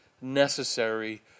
necessary